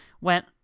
went